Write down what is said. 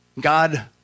God